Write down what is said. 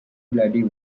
bloody